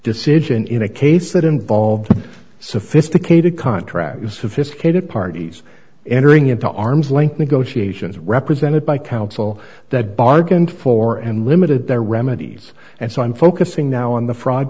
decision in a case that involved a sophisticated contract sophisticated parties entering into arm's length negotiations represented by counsel that bargained for and limited their remedies and so i'm focusing now on the fr